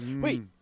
Wait